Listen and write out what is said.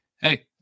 Hey